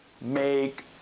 make